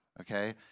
okay